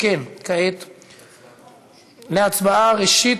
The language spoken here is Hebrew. אם כן, אנחנו עוברים כעת להצבעה, ראשית